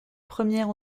première